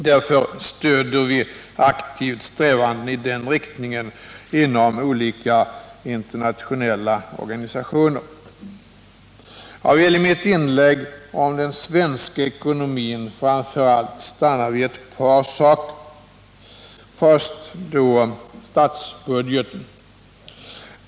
Därför stöder vi aktivt strävanden i den riktningen inom olika internationella organisationer. Jag vill i mitt inlägg om den svenska ekonomin framför allt stanna vid ett par saker, först statsbudgeten.